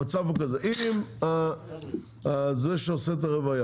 המצב הוא שאם החקלאי שעושה את הרביה